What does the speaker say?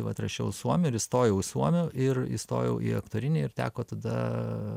vat rašiau suomių ir įstojau į suomių ir įstojau į aktorinį ir teko tada